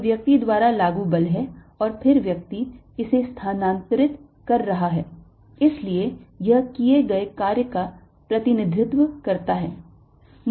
यह व्यक्ति द्वारा लागू बल है और फिर व्यक्ति इसे स्थानांतरित कर रहा है इसलिए यह किए गए कार्य का प्रतिनिधित्व करता है